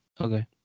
Okay